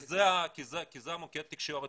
כי זה מוקד התקשורת,